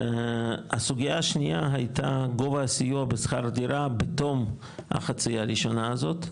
הסוגיה השנייה הייתה גובה הסיוע בשכר דירה בתום חצי השנה הראשונה הזאת,